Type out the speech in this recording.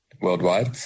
worldwide